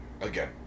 Again